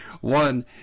one